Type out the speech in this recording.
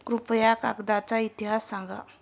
कृपया कागदाचा इतिहास सांगा